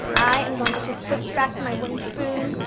i am going to just switch back to my wooden spoon,